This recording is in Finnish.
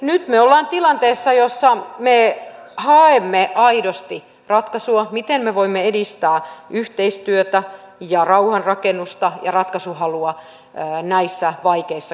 nyt me olemme tilanteessa jossa me haemme aidosti ratkaisua miten me voimme edistää yhteistyötä ja rauhanrakennusta ja ratkaisuhalua näissä vaikeissa konflikteissa